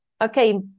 okay